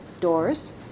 doors